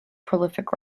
prolific